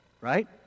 Right